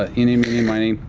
ah eenie meenie miney,